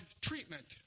treatment